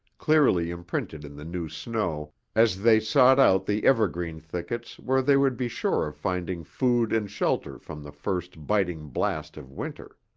clearly imprinted in the new snow as they sought out the evergreen thickets where they would be sure of finding food and shelter from the first biting blast of winter.